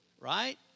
right